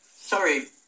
Sorry